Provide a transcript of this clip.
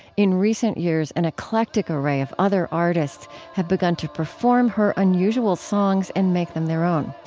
in recent years, an eclectic array of other artists have begun to perform her unusual songs and make them their own.